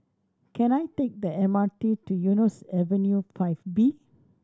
can I take the M R T to Eunos Avenue Five B